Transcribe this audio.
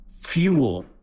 fuel